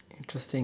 interesting